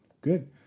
good